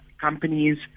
companies